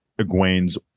Egwene's